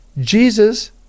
Jesus